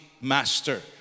master